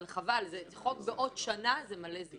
חבל, חוק בעוד שנה זה מלא זמן.